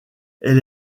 elle